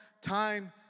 time